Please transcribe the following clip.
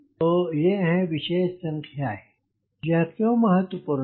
तो ये हैं विशेष संख्याएँ यह क्यों महत्वपूर्ण है